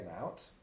out